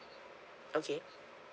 okay